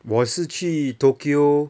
我是去 tokyo